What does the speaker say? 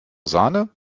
sahne